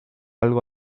algo